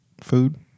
Food